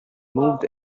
moved